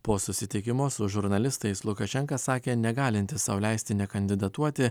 po susitikimo su žurnalistais lukašenka sakė negalintis sau leisti nekandidatuoti